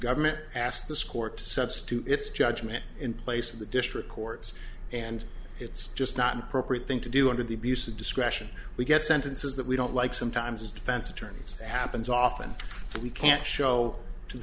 government asked this court to substitute its judgment in place of the district courts and it's just not an appropriate thing to do under the abuse of discretion we get sentences that we don't like sometimes as defense attorneys happens often we can't show to